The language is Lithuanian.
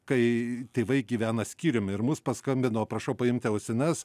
kai tėvai gyvena skyrium ir mus paskambino prašau paimti ausines